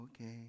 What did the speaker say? okay